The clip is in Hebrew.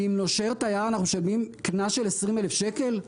ואם נושר תייר אנחנו משלמים קנס של 20,000 שקלים?